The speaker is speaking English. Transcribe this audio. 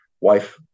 wife